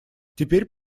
теперь